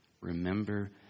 Remember